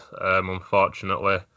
unfortunately